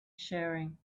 sharing